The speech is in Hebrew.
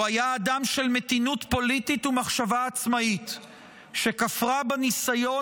הוא היה אדם של מתינות פוליטית ומחשבה עצמאית שכפרה בניסיון